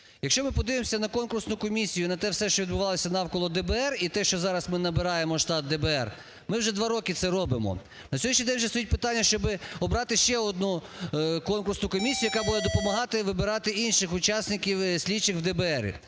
Якщо ми подивимося на конкурсну комісію і на те все, що відбувалося навколо ДБР і те, що зараз ми набираємо штат ДБР, ми вже два роки це робимо. На сьогоднішній день вже стоїть питання, щоб обрати ще одну конкурсну комісію, яка буде допомагати вибирати інших учасників… слідчих в ДБР.